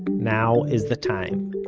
now is the time.